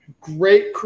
Great